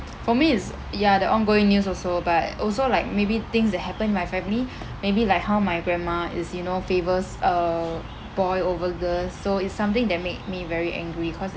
for me is ya the ongoing news also but also like maybe things that happen in my family maybe like how my grandma is you know favours uh boy over girls so it's something that made me very angry cause